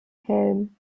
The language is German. helm